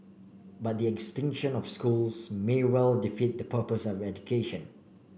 but the extinction of schools may well defeat the purpose of education